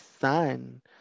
son